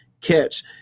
catch